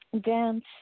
dance